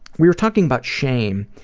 we were talking about shame.